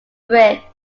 bridge